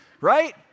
right